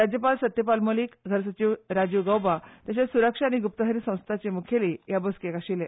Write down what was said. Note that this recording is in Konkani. राज्यपाल सत्यपाल मलीक घरसचिव राजीव गौबा तशेंच सुरक्षा आनी गुप्तहेर संस्थांचे मुखेली हे बसकेक आशिल्ले